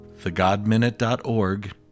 thegodminute.org